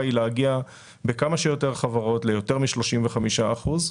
היא להגיע בכמה שיותר חברות ליותר מ-35 אחוזים.